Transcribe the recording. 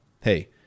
Hey